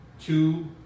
Two